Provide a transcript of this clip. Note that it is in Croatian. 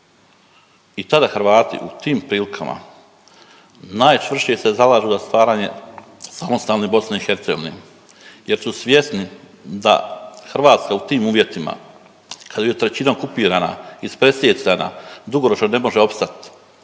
I tada Hrvati u tim prilikama najčvršće se zalažu za stvaranje samostalne BiH jer su svjesni da Hrvatska u tim uvjetima, kad je trećina okupirana, ispresijecana, dugoročno ne može opstati,